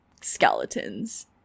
skeletons